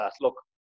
look